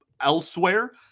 elsewhere